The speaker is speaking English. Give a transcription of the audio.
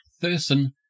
Thurston